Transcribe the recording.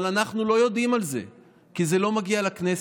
אבל אנחנו לא יודעים על זה כי זה לא מגיע לכנסת,